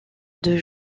deux